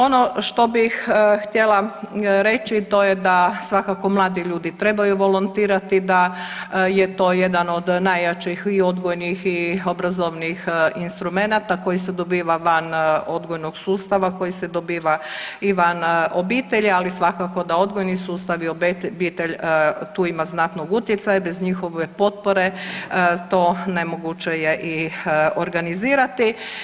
Ono što bih htjela reći, to je da svakako, mladi ljudi trebaju volontirati, da je to jedan od najjačih i odgojnih i obrazovnih instrumenata koji se dobiva van odgojnog sustava koji se dobiva i van obitelji, ali svakako da odgojni sustav i obitelj tu ima znatnog utjecaja, bez njihove potpore to nemoguće je i organizirati.